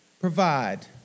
provide